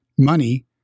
Money